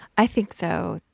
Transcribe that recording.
i think so.